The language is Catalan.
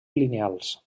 lineals